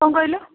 କ'ଣ କହିଲ